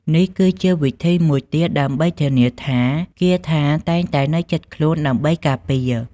នេះគឺជាវិធីមួយទៀតដើម្បីធានាថាគាថាតែងតែនៅជិតខ្លួនដើម្បីការពារ។